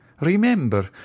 Remember